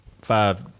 five